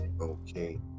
okay